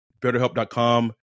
betterhelp.com